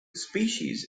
species